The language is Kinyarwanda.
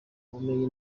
ubumenyi